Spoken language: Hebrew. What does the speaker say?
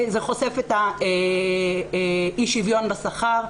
זה חושף את אי השוויון בשכר,